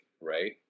right